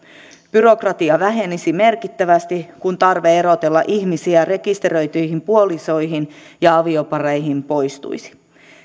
byrokratia vähenisi merkittävästi kun tarve erotella ihmisiä rekisteröityihin puolisoihin ja aviopareihin poistuisi